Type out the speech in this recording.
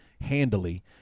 handily